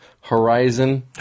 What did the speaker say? Horizon